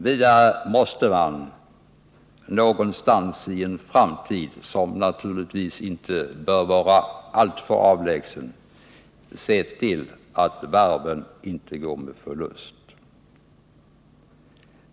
Vidare måste man någon gång i en framtid — som naturligtvis inte bör vara alltför avlägsen — se till att varven inte går med förlust.